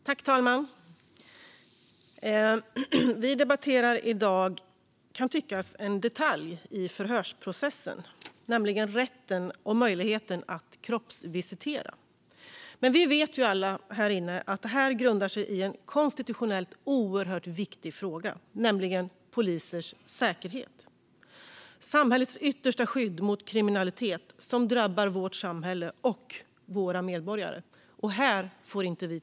Fru talman! Vi debatterar i dag något som kan tyckas vara en detalj i förhörsprocessen, nämligen rätten och möjligheten att kroppsvisitera. Vi vet dock alla här i kammaren att detta grundar sig i en konstitutionellt oerhört viktig fråga - polisers säkerhet. Det handlar om samhällets yttersta skydd mot kriminalitet som drabbar vårt samhälle och våra medborgare. Här får vi inte tveka.